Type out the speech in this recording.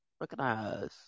recognize